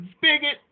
bigot